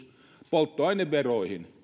polttoaineveroihin